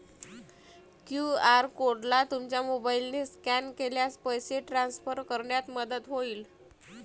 QR कोडला तुमच्या मोबाईलने स्कॅन केल्यास पैसे ट्रान्सफर करण्यात मदत होईल